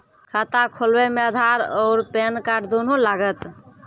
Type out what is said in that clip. खाता खोलबे मे आधार और पेन कार्ड दोनों लागत?